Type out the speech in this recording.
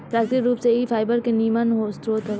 प्राकृतिक रूप से इ फाइबर के निमन स्रोत हवे